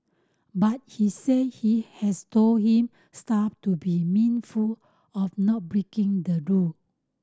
but he said he has told him staff to be mindful of not breaking the rule